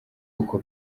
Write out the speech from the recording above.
uko